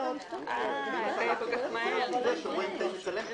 אני פותח את ישיבת ועדת הפנים והגנת הסביבה